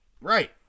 Right